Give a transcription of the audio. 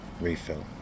refill